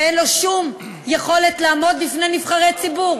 ואין לו שום יכולת לעמוד בפני נבחרי ציבור,